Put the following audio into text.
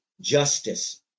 justice